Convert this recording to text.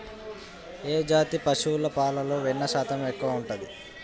ఏ జాతి పశువుల పాలలో వెన్నె శాతం ఎక్కువ ఉంటది?